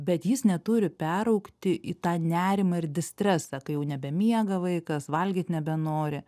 bet jis neturi peraugti į tą nerimą ir distresą kai jau nebemiega vaikas valgyt nebenori